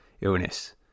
illness